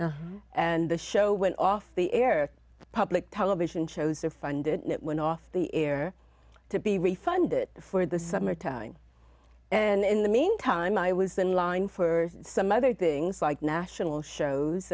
there and the show went off the air public television shows are funded and it went off the air to be refunded for the summer time and in the meantime i was in line for some other things like national shows